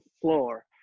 floor